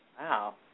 Wow